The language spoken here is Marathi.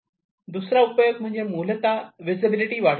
दुसरा उपयोग म्हणजे मूलतः विसिबिलिटी वाढविणे